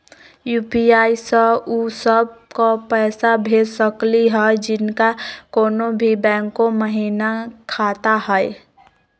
UPI स उ सब क पैसा भेज सकली हई जिनका कोनो भी बैंको महिना खाता हई?